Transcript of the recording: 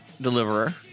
deliverer